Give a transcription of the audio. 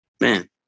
man